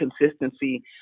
consistency